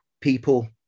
people